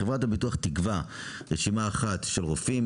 חברת הביטוח תקבע רשימה אחת של רופאים,